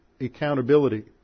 accountability